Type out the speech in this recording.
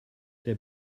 der